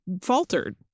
faltered